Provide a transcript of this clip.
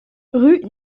rue